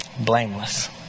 Blameless